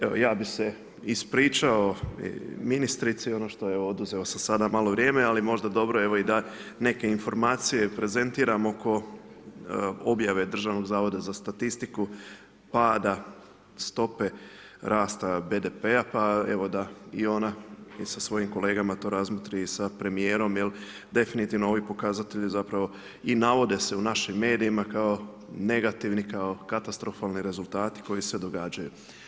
Evo ja bi se ispričao ministrici, oduzeo sam sada malo vrijeme, ali možda je dobro da neke informacije prezentiramo kao objave Državnog zavoda za statistiku pada stope rasta BDP-a pa evo i da ona sa svojim kolegama to razmotri i sa premijerom jel definitivno ovi pokazatelji i navode se u našim medijima kao negativni, kao katastrofalni rezultati koji se događaju.